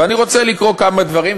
ואני רוצה לקרוא כמה דברים,